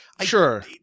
sure